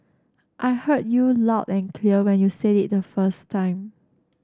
I heard you loud and clear when you said it the first time